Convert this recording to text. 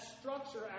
structure